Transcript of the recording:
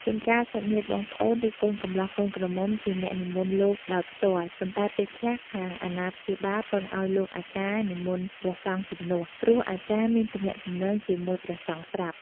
ជួនកាលសាច់ញាតិបងប្អូនឬកូនកម្លោះកូនក្រមុំជាអ្នកនិមន្តលោកដោយផ្ទាល់ ប៉ុន្តែពេលខ្លះខាងអាណាព្យាបាលពឹងឱ្យលោកអាចារ្យនិមន្តព្រះសង្ឃជំនួស ព្រោះអាចារ្យមានទំនាក់ទំនងជាមួយព្រះសង្ឃស្រាប់។